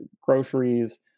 groceries